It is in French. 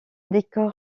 décor